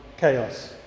chaos